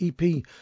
EP